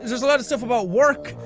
it's it's a lot stuff about work,